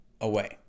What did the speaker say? away